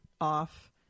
off